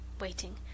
waiting